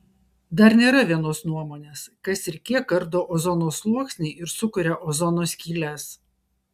dar nėra vienos nuomonės kas ir kiek ardo ozono sluoksnį ir sukuria ozono skyles